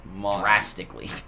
Drastically